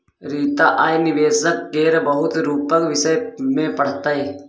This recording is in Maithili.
रीता आय निबेशक केर बहुत रुपक विषय मे पढ़तै